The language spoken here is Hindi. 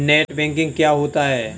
नेट बैंकिंग क्या होता है?